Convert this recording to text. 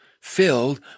filled